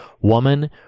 woman